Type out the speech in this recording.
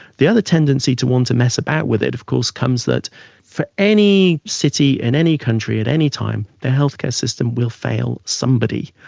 the other tendency to want to mess about with it of course comes that for any city in any country at any time, the health care system will fail somebody,